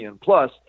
Plus